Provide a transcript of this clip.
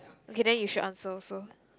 okay then you should answer also